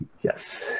yes